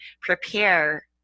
prepare